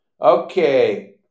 Okay